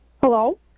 Hello